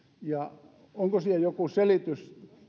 ja onko siihen joku selitys